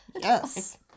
yes